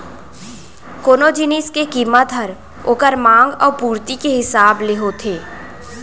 कोनो जिनिस के कीमत हर ओकर मांग अउ पुरती के हिसाब ले होथे